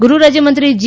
ગૃહ રાજ્યમંત્રી જી